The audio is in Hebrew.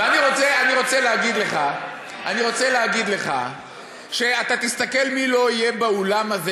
ואני רוצה להגיד לך: תסתכל מי לא יהיה באולם הזה